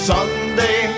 Sunday